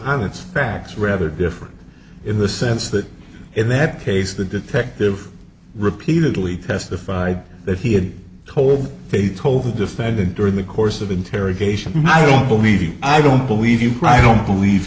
on its tracks rather different in the sense that in that case the detective repeatedly testified that he had told they told the defendant during the course of interrogation i don't believe i don't believe you don't believe